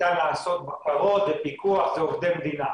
וניתן לעשות בקרות ופיקוח לעובדי מדינה.